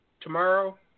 tomorrow